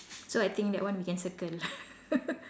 so I think that one we can circle